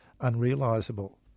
unrealizable